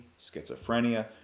schizophrenia